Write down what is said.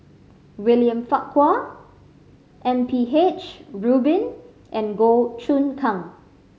William Farquhar M P H Rubin and Goh Choon Kang